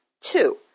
two